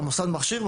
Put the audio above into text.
המוסד מכשיר,